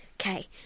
Okay